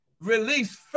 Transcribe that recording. Release